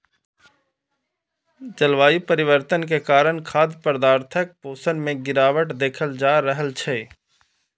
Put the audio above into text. जलवायु परिवर्तन के कारण खाद्य पदार्थक पोषण मे गिरावट देखल जा रहल छै